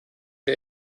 der